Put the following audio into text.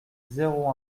zéro